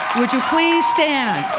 would you please stand?